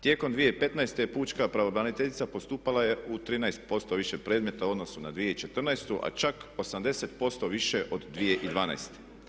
Tijekom 2015. je pučka pravobraniteljica postupala je u 13% više predmeta u odnosu na 2014. a čak 80% više od 2012.